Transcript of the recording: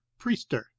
Priester